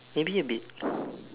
maybe a bit